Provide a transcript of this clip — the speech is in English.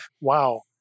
Wow